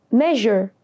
measure